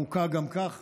המוכה גם כך,